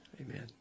Amen